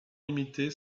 limitée